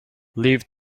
leave